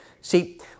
See